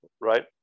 Right